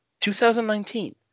2019